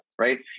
right